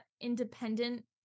independent